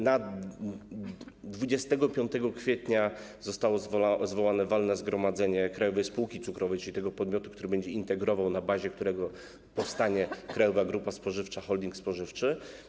Na 25 kwietnia zostało zwołane walne zgromadzenie Krajowej Spółki Cukrowej, czyli podmiotu, który będzie integrował, na bazie którego powstanie Krajowa Grupa Spożywcza - holding spożywczy.